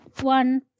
one